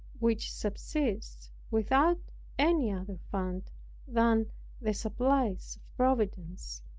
which subsists without any other fund than the supplies of providence.